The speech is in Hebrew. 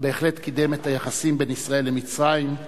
אבל בהחלט קידם את היחסים בין ישראל למצרים.